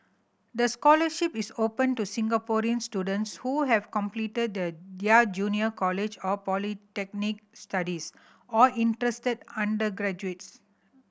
the scholarship is open to Singaporean students who have completed the their junior college or polytechnic studies or interested undergraduates